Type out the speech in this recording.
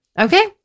Okay